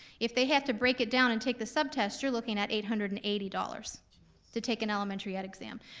if they have to break it down and take the sub-tests, you're looking at eight hundred and eighty dollars to take an elementary ed exam.